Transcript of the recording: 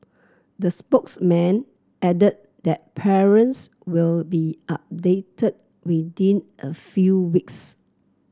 the spokesman added that parents will be updated within a few weeks